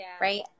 right